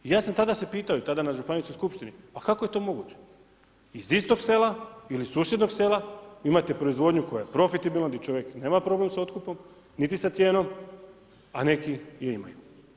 I ja sam tada se pitao i tada na županijskoj skupštini pa kako je to moguće, iz istog sela ili susjednog sela imate proizvodnju koja je profitabilna gdje čovjek nema problem sa otkupom niti sa cijenom a neki je imaju.